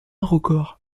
record